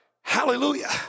Hallelujah